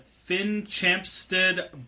Finchampstead